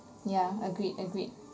ya agreed agreed